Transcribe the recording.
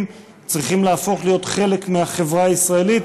צריכים להפוך להיות חלק מהחברה הישראלית,